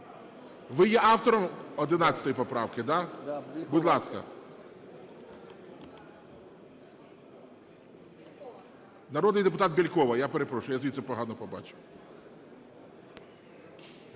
Ви є автором 11 поправки, да? Будь ласка. Народний депутат Бєлькова, я перепрошую, я звідси погано побачив.